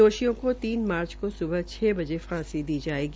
दोषियों को तीन मार्च को सुबह छ बजे फांसी दी जायेगी